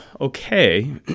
okay